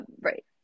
right